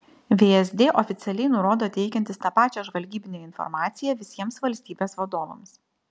vsd oficialiai nurodo teikiantis tą pačią žvalgybinę informaciją visiems valstybės vadovams